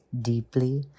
deeply